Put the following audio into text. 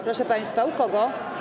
Proszę państwa, u kogo?